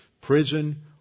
prison